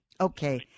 Okay